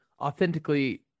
authentically